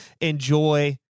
enjoy